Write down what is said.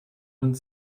hund